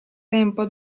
tempo